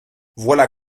voilà